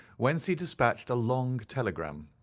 whence he dispatched a long telegram.